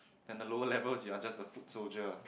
then the lower levels you are just a foot soldier